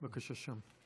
בבקשה, שם.